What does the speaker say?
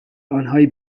آنهایی